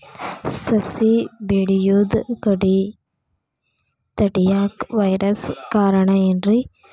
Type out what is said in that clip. ಸಸಿ ಬೆಳೆಯುದ ತಡಿಯಾಕ ವೈರಸ್ ಕಾರಣ ಏನ್ರಿ?